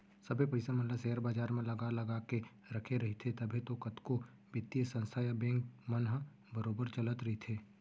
सबे पइसा मन ल सेयर बजार म लगा लगा के रखे रहिथे तभे तो कतको बित्तीय संस्था या बेंक मन ह बरोबर चलत रइथे